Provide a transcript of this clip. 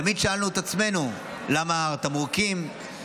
תמיד שאלנו את עצמנו למה התמרוקים,